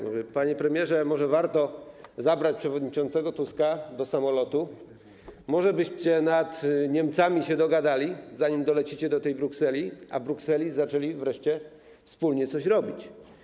Mówię: panie premierze, a może warto zabrać przewodniczącego Tuska do samolotu, może byście nad Niemcami się dogadali, zanim dolecicie do tej Brukseli, a w Brukseli zaczęli wreszcie wspólnie coś robić.